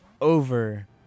over